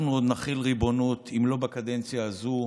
אנחנו עוד נחיל ריבונות, אם לא בקדנציה הזו,